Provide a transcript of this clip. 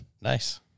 Nice